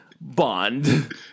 Bond